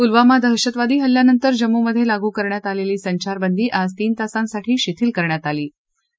पुलवामा दहशतवादी हल्ल्यानंतर जम्मूमध्ये लागू करण्यात आलेली संचारबंदी आज तीन तासांसाठी शिथिल करण्यात आली होती